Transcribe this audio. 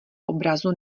obrazu